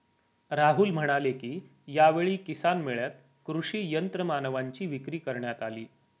राहुल म्हणाले की, यावेळी किसान मेळ्यात कृषी यंत्रमानवांची विक्री करण्यात आली